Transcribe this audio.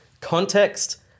Context